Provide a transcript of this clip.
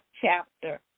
chapter